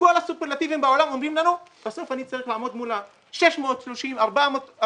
כל הסופרלטיבים בעולם אומרים לנו ובסוף אני צריך לעמוד מול 400 ויותר